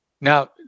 now